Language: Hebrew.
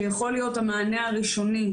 שיכול להיות כמענה ראשוני,